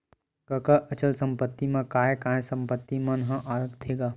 कका अचल संपत्ति मा काय काय संपत्ति मन ह आथे गा?